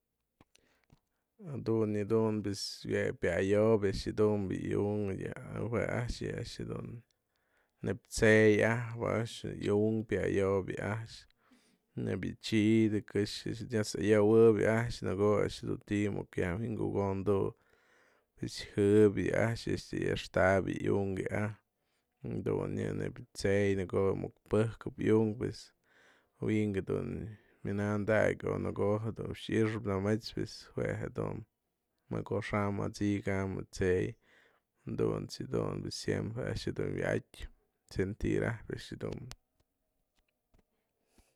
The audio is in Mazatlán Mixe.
Jadun yë dun pues jue pya'ayobya a'ax jadun bi'i iunkë yë jue a'ax dun nebyë tsë'ëy ajpë a'ax iunkë pya'ayobya yë a'ax neyb yë chi'idën kë'xë a'ax nyat'sayowëbë yë a'ax në ko'o a'ax du ti'i myaj wi'inkukontu pues jë'ëbyë yë a'ax y ya'axtap yë iunkë a'ax jadun yë nebya tsë'ëy në ko'o muk pëkëp iunkë pues wi'ink jadun myananda'ak o në ko'o dun i'ixap më mech jue jadun më koxa'am më t'sikam tsë'ëy jadunt's yë dun pues siemprem a'ax dun wyatyë sentirap a'ax jedum.